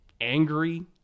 angry